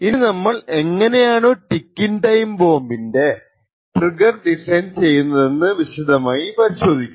ഇനി നമ്മൾ എങ്ങനെയാണു ടിക്കിങ് ടൈം ബോംബിന്റെ ട്രിഗർ ഡിസൈൻ ചെയ്യുന്നതെന്ന് വിശദമായി നോക്കാം